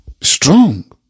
Strong